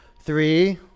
Three